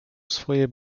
swoje